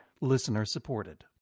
listener-supported